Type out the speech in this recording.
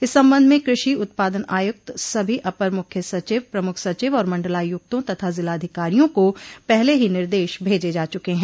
इस संबंध में कृषि उत्पादन आयुक्त सभी अपर मुख्य सचिव प्रमुख सचिव और मंडलायुक्तों तथा जिलाधिकारियों को पहले ही निर्देश भेजे जा चुके हैं